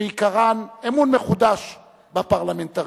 שעיקרן אמון מחדש בפרלמנטריזם.